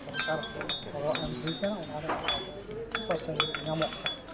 ᱥᱚᱨᱠᱟᱨ ᱦᱚᱸ ᱜᱚᱲᱚ ᱮᱢ ᱦᱩᱭ ᱟᱠᱟᱱᱟ ᱚᱱᱟ ᱨᱮᱦᱚᱸ ᱟᱵᱚ ᱯᱷᱤᱯᱴᱤ ᱯᱟᱨᱥᱮᱱ ᱧᱟᱢᱚᱜ ᱠᱟᱱᱟ